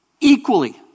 equally